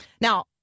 Now